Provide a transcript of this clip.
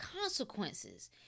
consequences